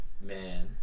Man